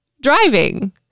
driving